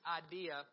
idea